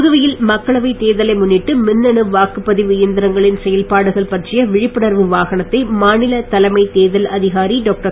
புதுவையில் மக்களவைத் தேர்தலை முன்னிட்டு மின்னணு வாக்குப்பதிவு இயந்திரங்களின் செயல்பாடுகள் பற்றிய விழிப்புணர்வு வாகனத்தை மாநில தலைமைத் தேர்தல் அதிகாரி டாக்டர்